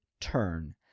turn